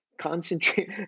concentrate